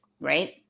Right